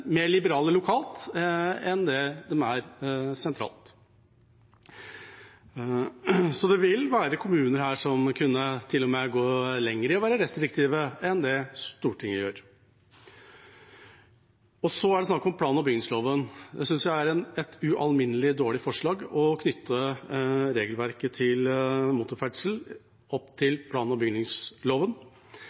mer liberale lokalt enn det man er sentralt. Det vil være kommuner her som til og med vil kunne gå lenger i å være restriktive enn det Stortinget er. Så er det snakk om plan- og bygningsloven. Jeg synes det er et ualminnelig dårlig forslag å knytte regelverket for motorferdsel til plan- og bygningsloven.